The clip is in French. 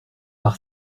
par